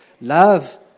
Love